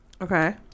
okay